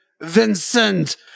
Vincent